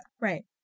Right